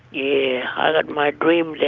yeah, i got my dream there.